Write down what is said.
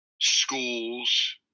Schools